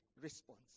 response